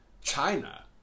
China